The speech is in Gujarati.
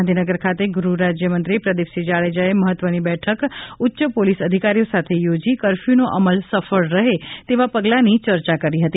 ગાંધીનગર ખાતે ગૃહ રાજ્ય મંત્રી પ્રદીપસિંહ જાડેજા એ મહત્વની બેઠક ઉચ્ય પોલીસ અધિકારીઓ સાથે યોજી કરફ્યૂનો અમલ સફળ રહે તેવા પગલાંની ચર્ચા કરી હતી